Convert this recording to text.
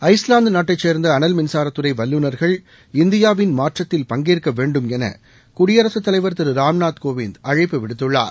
Iceland நாட்டைச் சேர்ந்த அனல் மின்சாரத்துறை வல்லுநர்கள் இந்தியாவின் மாற்றத்தில் பங்கேற்க வேண்டும் என குடியரசுத்தலைவர் திரு ராம்நாத் கோவிந்த் அழைப்பு விடுத்துள்ளார்